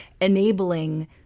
enabling